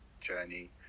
journey